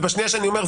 ובשנייה שאני אומר,